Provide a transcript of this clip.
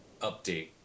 update